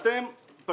אבל לכם יותר